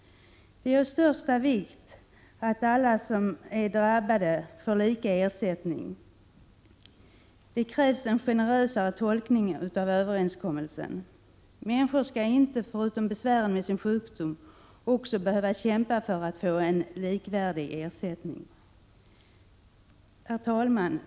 Det är av största vikt att alla som är drabbade får lika ersättning. Det krävs en generösare tolkning av överenskommelsen. Människor skall inte, förutom besväret med sin sjukdom, också behöva kämpa för att få en likvärdig ersättning. Herr talman!